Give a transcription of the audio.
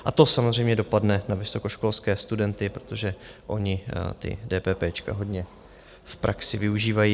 A to samozřejmě dopadne na vysokoškolské studenty, protože oni ta dépépéčka hodně v praxi využívají.